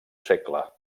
segle